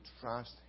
trust